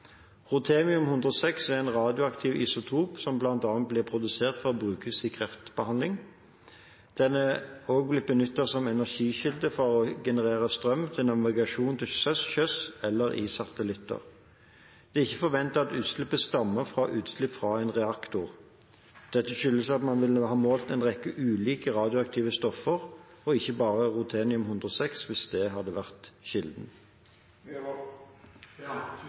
er en radioaktiv isotop som bl.a. blir produsert for å brukes i kreftbehandling. Den er også blitt benyttet som energikilde for å generere strøm til navigasjon til sjøs eller i satellitter. Det er ikke forventet at utslippet stammer fra utslipp fra en reaktor. Dette skyldes at man ville ha målt en rekke ulike radioaktive stoffer og ikke bare ruthenium-106 hvis det hadde vært kilden.